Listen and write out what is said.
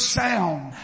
sound